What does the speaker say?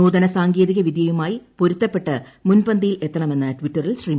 നൂതന സാങ്കേതിക വിദ്യയുമായി പൊരുത്തപ്പെട്ട് മുൻപന്തിയിൽ എത്തണമെന്ന് ട്വിറ്ററിൽ ശ്രീ